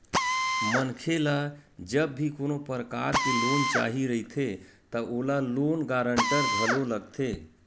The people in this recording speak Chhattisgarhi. मनखे ल जब भी कोनो परकार के लोन चाही रहिथे त ओला लोन गांरटर घलो लगथे